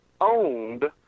owned